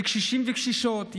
בקשישים וקשישות,